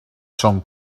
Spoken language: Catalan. són